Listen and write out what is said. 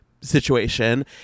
situation